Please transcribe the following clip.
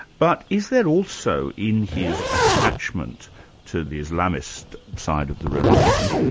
but is there also in his attachment to the islamist side of the revolution,